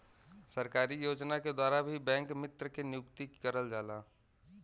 सरकारी योजना के द्वारा भी बैंक मित्र के नियुक्ति करल जाला